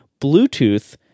Bluetooth